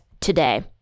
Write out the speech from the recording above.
today